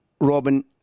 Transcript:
Robin